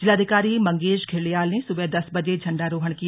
जिलाधिकारी मंगेश धिल्डियाल सुबह दस बजे झण्डारोहण किया